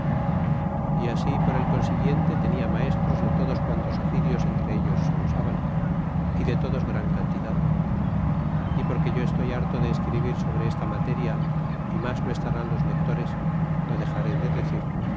e así por el consiguiente tenia maestros de todos quantos oficios entre ellos se usaban y de todos gran cantidad y porque yo estoy harto de escribir sobre esta materia y mas lo estarán los lectores lo dexaré de decir